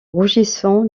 rougissant